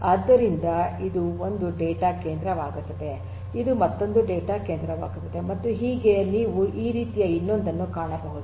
ಆದ್ದರಿಂದ ಇದು ಒಂದು ಡೇಟಾ ಕೇಂದ್ರವಾಗುತ್ತದೆ ಇದು ಮತ್ತೊಂದು ಡೇಟಾ ಕೇಂದ್ರವಾಗುತ್ತದೆ ಮತ್ತು ಹೀಗೆ ನೀವು ಈ ರೀತಿಯ ಇನ್ನೊಂದನ್ನು ಕಾಣಬಹುದು